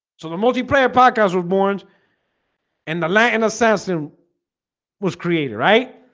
so the multiplayer podcast was born and the latin assassin was created right?